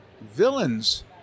Villains